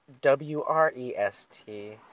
W-R-E-S-T